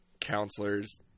counselors